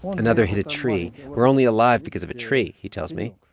another hit a tree. we're only alive because of a tree, he tells me.